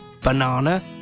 banana